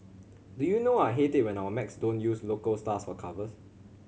do you know I hate it when our mags don't use local stars for covers